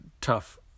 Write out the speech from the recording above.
tough